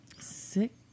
Six